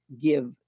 give